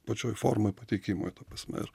pačioj formoj pateikimo ir ta prasme ir